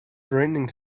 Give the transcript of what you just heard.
raining